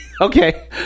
Okay